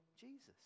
Jesus